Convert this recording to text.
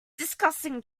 discussing